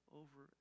over